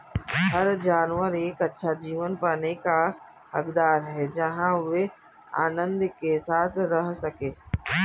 हर जानवर एक अच्छा जीवन पाने का हकदार है जहां वे आनंद के साथ रह सके